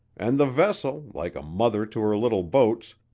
and the vessel, like a mother to her little boats,